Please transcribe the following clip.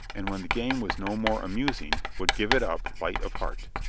and when the game was no more amusing would give it up light of heart.